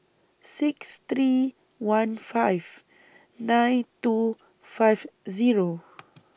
six three one five nine two five Zero